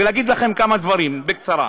ואגיד לכם כמה דברים בקצרה: